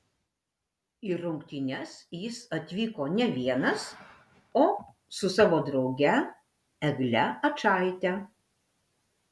į rungtynes jis atvyko ne vienas o su savo drauge egle ačaite